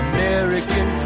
American